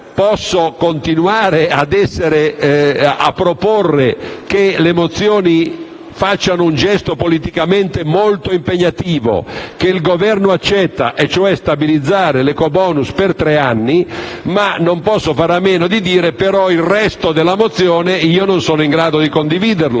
anche continuare a proporre che le mozioni facciano un gesto politicamente molto impegnativo, che il Governo accetta, e cioè stabilizzare l'ecobonus per tre anni. Non posso, però, fare a meno di dire che non sono in grado di condividere